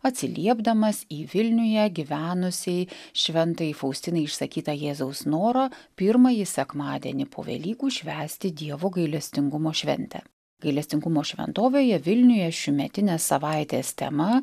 atsiliepdamas į vilniuje gyvenusiai šventajai faustinai išsakytą jėzaus norą pirmąjį sekmadienį po velykų švęsti dievo gailestingumo šventę gailestingumo šventovėje vilniuje šiųmetinės savaitės tema